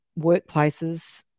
workplaces